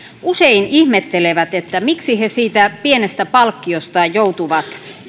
usein ihmettelevät miksi he siitä pienestä palkkiostaan joutuvat